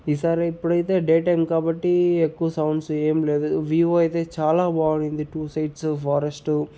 ఈ సారి ఇప్పుడైతే డే టైమ్ కాబట్టి ఎక్కువ సౌండ్సు ఏం లేదు వీవు అయితే చాలా బాగున్నింది టూ సైడ్సు ఫారెస్టు